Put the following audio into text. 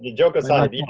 joke aside. i mean